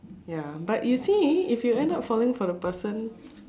ya but you see if you end up falling for the person